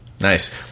Nice